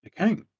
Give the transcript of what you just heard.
Okay